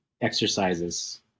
exercises